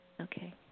Okay